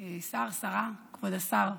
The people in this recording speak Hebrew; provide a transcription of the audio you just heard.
שר, שרה, כבוד השר,